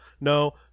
no